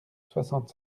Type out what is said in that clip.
soixante